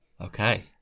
Okay